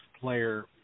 player